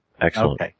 Excellent